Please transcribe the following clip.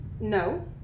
no